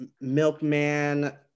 milkman